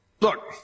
Look